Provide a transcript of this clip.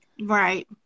Right